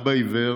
האבא עיוור,